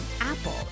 Apple